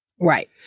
Right